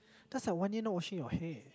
that's like one year not washing your hair